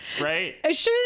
right